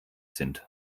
sind